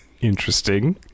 Interesting